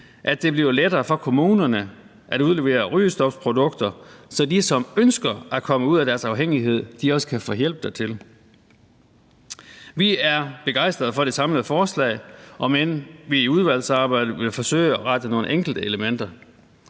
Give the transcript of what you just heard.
at det bliver lettere for kommunerne at udlevere rygestopprodukter, så de, som ønsker at komme ud af deres afhængighed, også kan få hjælp dertil. Vi er begejstrede for det samlede forslag, om end vi i udvalgsarbejdet vil forsøge at rette nogle enkelte elementer.